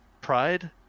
Pride